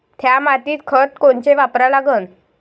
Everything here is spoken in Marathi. थ्या मातीत खतं कोनचे वापरा लागन?